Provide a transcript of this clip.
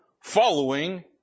following